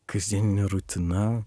kasdieninė rutina